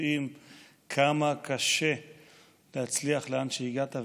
יודעים כמה קשה להצליח להגיע לאן שהגעת,